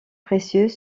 précieux